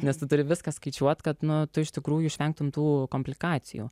nes tu turi viską skaičiuot kad nu tu iš tikrųjų išvengtum tų komplikacijų